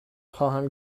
خواهم